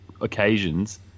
occasions